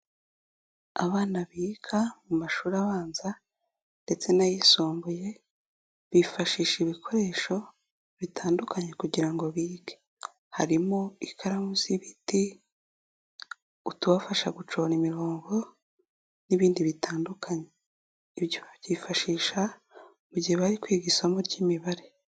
Abana biga mu mashuri abanza ndetse n'ayisumbuye, bifashisha ibikoresho bitandukanye kugira ngo bige harimo: ikaramu z'ibiti, utubafasha gucora imirongo n'ibindi bitandukanye, ibyo ba byifashisha mu gihe bari kwiga isomo ry'Imibare.